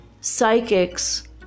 psychics